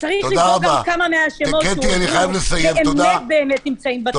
-- צריך גם כמה שמות שהועברו באמת נמצאים --- אני חייב לסיים.